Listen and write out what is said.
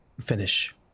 finish